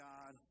God